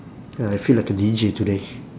ya I feel like a deejay today